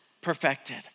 Perfected